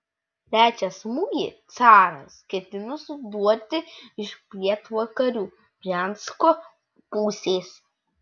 trečią smūgį caras ketino suduoti iš pietvakarių briansko pusės